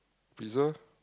pizza